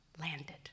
landed